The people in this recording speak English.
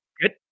Good